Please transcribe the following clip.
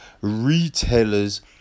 retailers